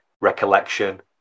recollection